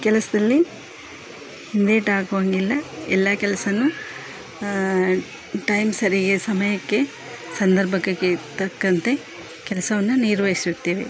ಕೆಲಸದಲ್ಲಿ ಲೇಟ್ ಆಗುವಂಗಿಲ್ಲ ಎಲ್ಲ ಕೆಲ್ಸನೂ ಟೈಮ್ ಸರಿಗೆ ಸಮಯಕ್ಕೆ ಸಂದರ್ಭಕ್ಕೆಗೆ ತಕ್ಕಂತೆ ಕೆಲಸವನ್ನ ನಿರ್ವಹಿಸುತ್ತೇವೆ